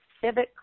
civic